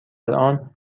الآن